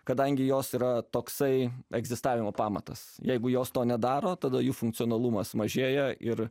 kadangi jos yra toksai egzistavimo pamatas jeigu jos to nedaro tada jų funkcionalumas mažėja ir